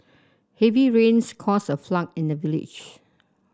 heavy rains caused a flood in the village